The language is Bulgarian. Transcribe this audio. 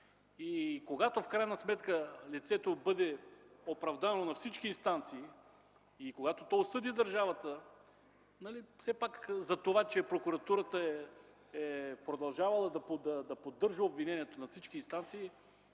Когато в крайна сметка лицето бъде оправдано на всички инстанции, когато осъди държавата за това, че прокуратурата е продължавала да поддържа обвинението на всички инстанции,